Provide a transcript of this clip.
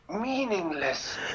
meaningless